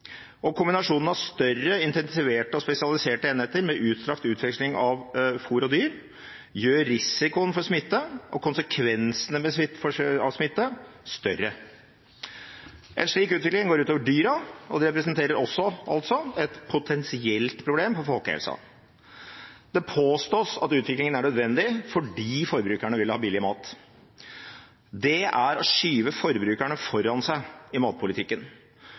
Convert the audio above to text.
Kombinasjonen av større, intensiverte og spesialiserte enheter med utstrakt utveksling av fôr og dyr gjør risikoen for smitte og konsekvensene av smitte større. En slik utvikling går ut over dyra, og det representerer også et potensielt problem for folkehelsa. Det påstås at utviklingen er nødvendig fordi forbrukerne vil ha billig mat. Det er å skyve forbrukerne foran seg i matpolitikken.